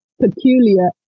peculiar